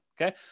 Okay